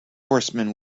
horsemen